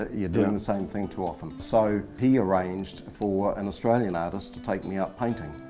ah you're doing the same thing too often. so he arranged for an australian artist to take me out painting.